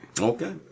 Okay